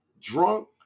drunk